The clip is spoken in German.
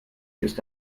ist